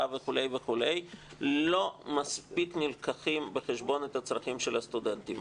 וכו' וכו' לא מספיק נלקחים בחשבון הצרכים של הסטודנטים.